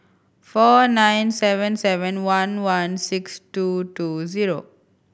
four nine seven seven one one six two two zero